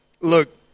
look